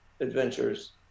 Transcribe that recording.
adventures